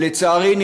ולצערי,